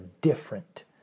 different